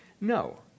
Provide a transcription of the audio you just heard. No